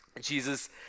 Jesus